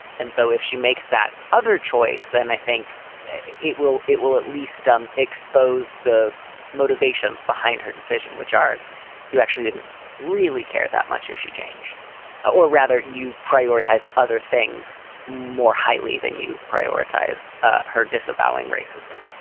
and so if she makes that other choice, then i think it will it will at least, um, expose the motivations behind her decision, which are you actually didn't really care that much if she changed or rather you prioritize other things more highly than you prioritize ah her disavowing racism.